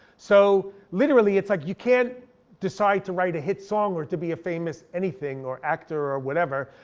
so literally, it's like you can't decide to write a hit song or to be a famous anything, or actor, or whatever.